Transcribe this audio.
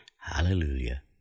hallelujah